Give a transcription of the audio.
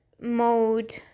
mode